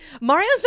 Mario's